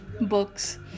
books